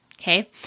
Okay